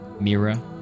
Mira